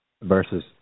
versus